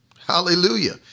Hallelujah